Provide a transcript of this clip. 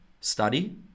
study